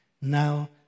now